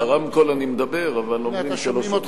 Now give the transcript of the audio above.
לרמקול אני מדבר, אבל אומרים שלא שומעים אותי.